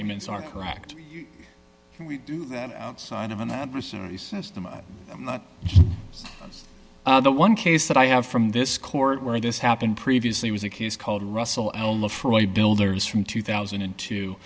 humans are correct and we do that outside of an adversary system and i'm not the one case that i have from this court where this happened previously was a case called russell elma for a builder's from two thousand and two